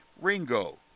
Ringo